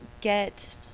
get